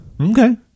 Okay